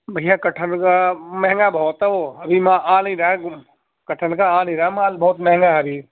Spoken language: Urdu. بھیا کٹہل کا مہنگا بہت ہے وہ ابھی ما آ نہیں رہا ہے کٹہل کا آ نہیں رہا ہے مال بہت مہنگا ہے ابھی